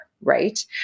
right